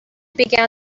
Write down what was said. began